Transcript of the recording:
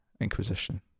Inquisition